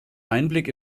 einblick